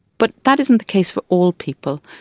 but that isn't the case for all people.